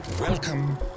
Welcome